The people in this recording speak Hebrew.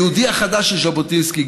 היהודי החדש של ז'בוטינסקי,